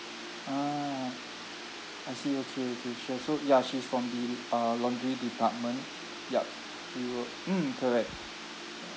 ah I see okay okay sure so ya she's from the uh laundry department yup we will mm correct